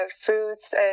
fruits